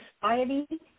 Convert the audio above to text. society